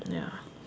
ya